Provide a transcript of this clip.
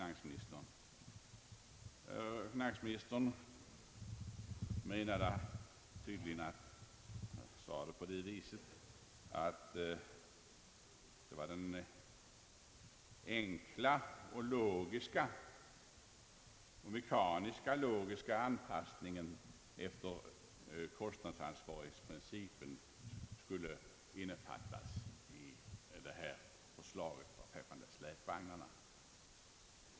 Herr finansministern menade tydligen att den enkla, mekaniska och logiska anpassningen till kostnadsansvarighetsprincipen skulle innefattas i detta förslag beträffande släpvagnarna.